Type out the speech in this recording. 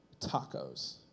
tacos